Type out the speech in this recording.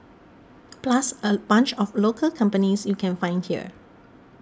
plus a bunch of local companies you can find here